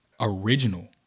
original